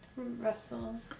Russell